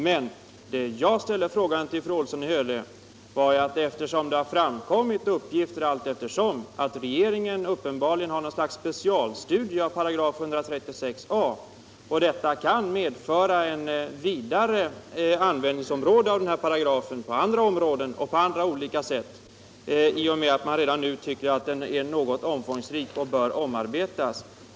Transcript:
Men jag ställde en fråga till fru Olsson i Hölö, eftersom det har framkommit uppgifter allteftersom om att regeringen uppenbarligen gör något slags specialstudie av 136 a §; detta kan medföra ett vidare användningsområde för den paragrafen, då man nu anser att den är något omfångsrik och att den därför bör omarbetas.